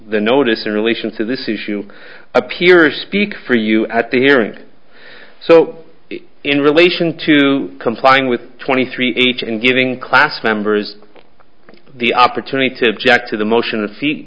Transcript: the notice in relation to this issue appear speak for you at the hearing so in relation to complying with twenty three h and giving class members the opportunity to object to the motion the seat